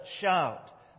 shout